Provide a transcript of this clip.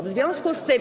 W związku z tym.